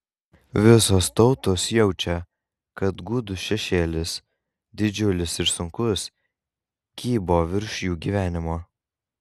visos tautos jaučia kad gūdus šešėlis didžiulis ir sunkus kybo virš jų gyvenimo